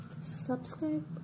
Subscribe